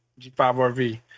G5RV